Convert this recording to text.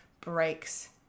breaks